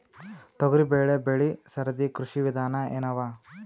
ತೊಗರಿಬೇಳೆ ಬೆಳಿ ಸರದಿ ಕೃಷಿ ವಿಧಾನ ಎನವ?